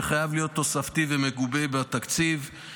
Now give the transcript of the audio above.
שחייב להיות תוספתי ומגובה בתקציב.